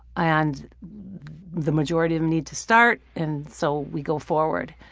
and the majority of them need to start, and so we go forward.